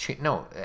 no